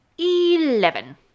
Eleven